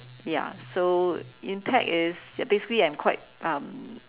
ya so impact is ya basically I'm quite um